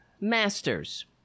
masters